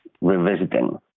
revisiting